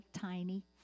tiny